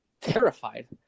terrified